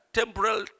temporal